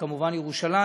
וכמובן ירושלים,